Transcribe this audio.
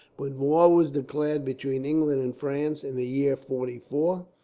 when war was declared between england and france, in the year forty four,